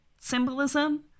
symbolism